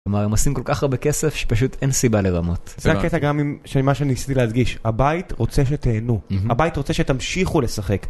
אמר הם עושים כל כך הרבה כסף שפשוט אין סיבה לרמות. זה הקטע גם עם מה שאני ניסיתי להדגיש, הבית רוצה שתהנו, הבית רוצה שתמשיכו לשחק.